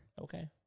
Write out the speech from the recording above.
okay